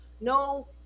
No